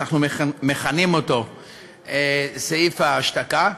שאנחנו מכנים סעיף ההשתקה,